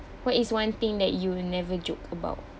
what is one thing that you will never joke about